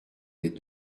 les